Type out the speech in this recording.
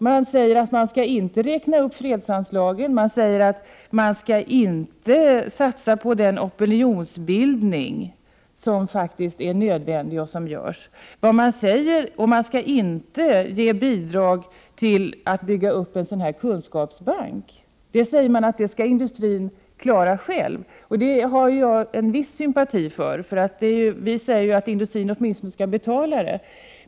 Man säger att vi inte skall räkna upp fredsanslaget, inte satsa på den opinionsbildning som faktiskt är nödvändig. Vi skall inte ge bidrag till att bygga upp en kunskapsbank. Det säger man att industrin skall klara själv, och det har jag en viss sympati för. Vi säger ju att industrin åtminstone skall betala detta.